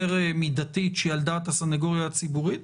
מידתית שהיא על דעת הסנגוריה הציבורית,